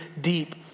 deep